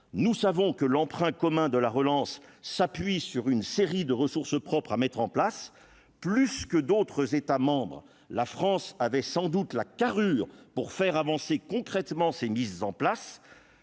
nous savons que l'emprunt commun de la relance s'appuie sur une série de ressources propres à mettre en place, plus que d'autres États membres, la France avait sans doute la carrure pour faire avancer concrètement ces mises en place,